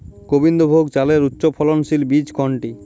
গোবিন্দভোগ চালের উচ্চফলনশীল বীজ কোনটি?